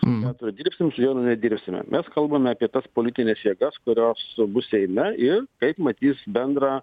mudu dirbsime sieną nedirbsime mes kalbame apie tas politines jėgas kurios bus seime ir kaip matys bendrą